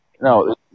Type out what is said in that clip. no